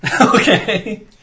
Okay